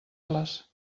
les